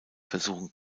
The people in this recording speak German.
versuchen